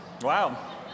Wow